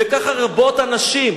וכך רבות הנשים.